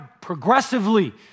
progressively